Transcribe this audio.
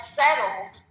settled